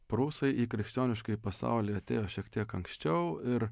prūsai į krikščioniškąjį pasaulį atėjo šiek tiek anksčiau ir